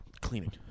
Cleaning